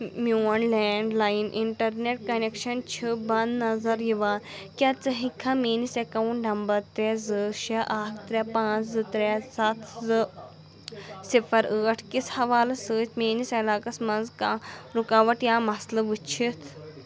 میٛون land line internet connection چھِ بنٛد نظر یِوان کیٛاہ ژٕ ہؠکِکھا میٛٲنس اَکاوُنٛٹ نمبر ترٛےٚ زٕ شےٚ اَکھ ترٛےٚ پانٛژھ زٕ ترٛےٚ سَتھ زٕ صِفر ٲٹھ کِس حوالہٕ سۭتۍ میٛٲنِس علاقس منٛز کانٛہہ رُکاوٹ یا مسلہٕ وُچھِتھ